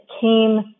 came